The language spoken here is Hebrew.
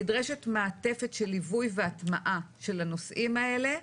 נדרשת מעטפת של ליווי והטמעה של הנושאים האלה,